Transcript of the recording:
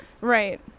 right